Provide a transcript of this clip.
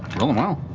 rolling well.